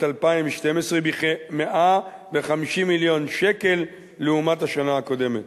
2012 בכ-150 מיליון שקל לעומת השנה הקודמת.